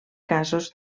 casos